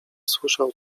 słyszał